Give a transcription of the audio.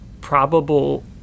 probable